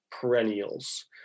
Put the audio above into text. perennials